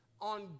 on